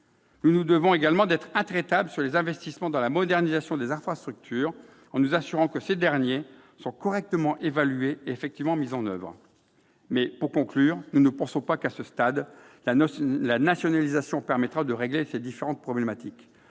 Nous nous devons également d'être intraitables quant aux investissements en faveur de la modernisation des infrastructures, en nous assurant que ces derniers sont correctement évalués et effectivement mis en oeuvre. En revanche, nous ne pensons pas que la nationalisation permettra de régler à ce stade ces différentes problématiques.